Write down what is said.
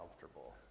comfortable